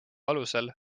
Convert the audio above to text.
alusel